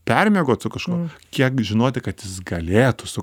permiegot su kažkuo kiek žinoti kad jis galėtų su